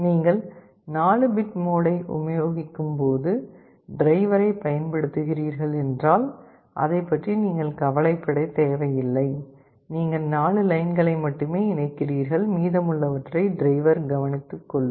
நீங்கள் 4 பிட் மோடை உபயோகிக்கும் டிரைவரைப் பயன்படுத்துகிறீர்கள் என்றால் அதைப் பற்றி நீங்கள் கவலைப்படத் தேவையில்லை நீங்கள் 4 லைன்களை மட்டுமே இணைக்கிறீர்கள் மீதமுள்ளவற்றை டிரைவர் கவனித்துக்கொள்ளும்